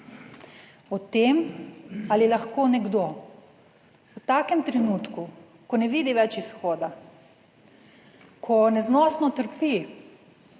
O tem, ali lahko nekdo v takem trenutku, ko ne vidi več izhoda, ko neznosno trpi,